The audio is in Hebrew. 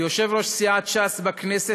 כיושב-ראש סיעת ש"ס בכנסת,